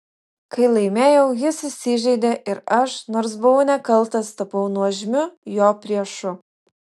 kai laimėjau jis įsižeidė ir aš nors buvau nekaltas tapau nuožmiu jo priešu